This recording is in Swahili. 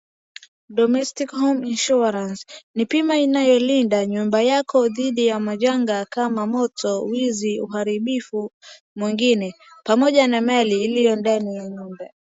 domestic home insurance ni bima inayolinda nyumba yako dhidi ya majanga kama moto, wizi, uharibifu mwingine pamoja na mali iliyo ndani ya nyumba.